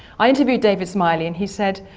i interviewed david smiley and he said,